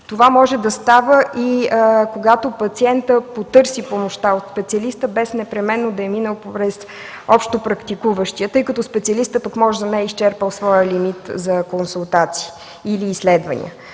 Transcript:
Това може да става и когато пациентът потърси помощта от специалиста без непременно да е минал през общопрактикуващия лекар, тъй като пък специалистът може да не е изчерпал своя лимит за консултации или изследвания.